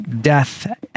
death